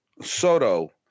Soto